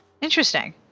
Interesting